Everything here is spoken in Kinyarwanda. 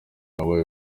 wabaye